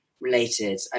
related